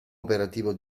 operativo